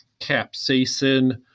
capsaicin